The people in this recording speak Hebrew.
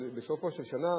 בסופה של שנה